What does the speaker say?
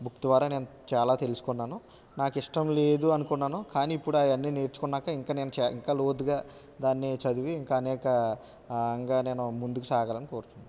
book ద్వారా నేను చాలా తెలుసుకున్నాను నాకు ఇష్టం లేదు అనుకున్నాను కానీ ఇప్పుడు అవి అన్నీ నేర్చుకున్నాక ఇంకా నేను చ ఇంకా లోతుగా దాన్ని చదివి ఇంకా అనేక ఇంకా నేను ముందుకు సాగాలని కోరుచున్నాను